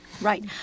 right